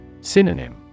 Synonym